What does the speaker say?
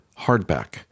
Hardback